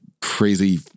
crazy